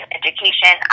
education